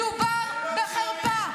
מדובר בחרפה.